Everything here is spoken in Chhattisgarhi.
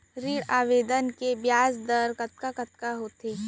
ऋण आवेदन के ब्याज दर कतका कतका होथे?